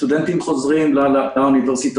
הסטודנטים חוזרים לאוניברסיטאות.